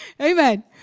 Amen